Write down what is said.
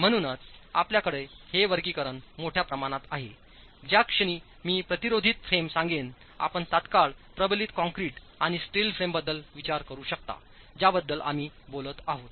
म्हणूनच आपल्याकडे हे वर्गीकरण मोठ्या प्रमाणात आहे ज्या क्षणी मी प्रतिरोधित फ्रेम सांगेन आपण तत्काळ प्रबलित कंक्रीट आणि स्टीलच्या फ्रेम बद्दल विचार करू शकताज्याबद्दल आम्ही बोलत आहोत